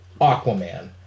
Aquaman